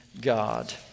God